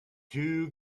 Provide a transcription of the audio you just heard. too